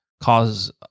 cause